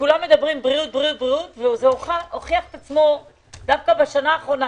כולם מדברים על בריאות וזה הוכח דווקא בשנה האחרונה,